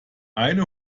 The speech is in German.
eine